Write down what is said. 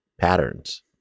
patterns